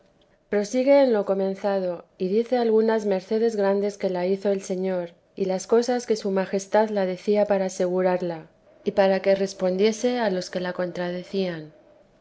prosigue en lo comenzado y dice algunas mercedes grandes que la hizo el señor y las cosas que su majestad la hacía para asegurarla y para que respondiese a los que la contradecían